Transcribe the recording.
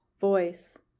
voice